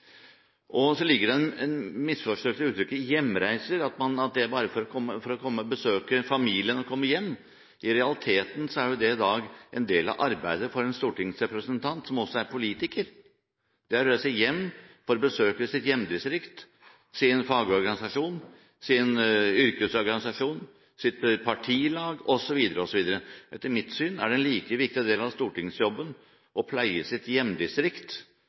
Så ligger det en misforståelse i uttrykket «hjemreiser», at det bare er for å besøke familien og komme hjem. I realiteten er i dag en del av arbeidet for en stortingsrepresentant, som også er politiker, å reise hjem for å besøke sitt hjemdistrikt, sin fagorganisasjon, sin yrkesorganisasjon, sitt partilag osv. Etter mitt syn er det en like viktig del av stortingsjobben å pleie sitt hjemdistrikt